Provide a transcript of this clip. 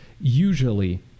usually